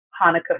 Hanukkah